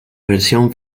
versión